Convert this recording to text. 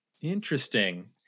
interesting